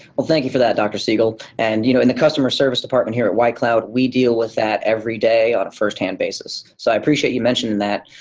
well, thank you for that, dr. siegel. and you know in the customer service department here at white cloud, we deal with that every day on a firsthand basis. so i appreciate you mentioning that.